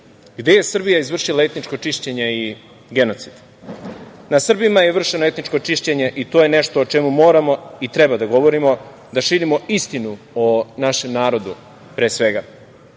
gde je Srbija izvršila etničko čišćenje i genocid? Nad Srbima je vršeno etničko čišćenje i to je nešto o čemu moramo i treba da govorimo, da širimo istinu o našem narodu pre svega. Srbija